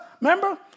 Remember